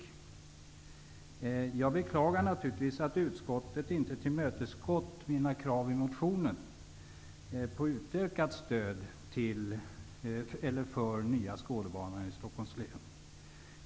Jag beklagar naturligtvis att utskottet inte tillmötesgått motionens krav på utökat stöd för Nya skådebanan i Stockholms län.